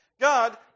God